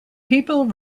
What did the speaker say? people